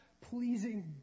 pleasing